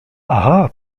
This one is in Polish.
aha